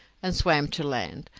and swam to land,